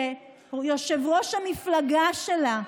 שיושב-ראש המפלגה שלה,